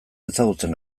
ezagutzen